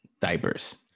diapers